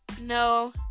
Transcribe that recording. No